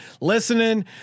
listening